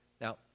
Now